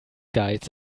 guides